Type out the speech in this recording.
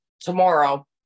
tomorrow